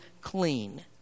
clean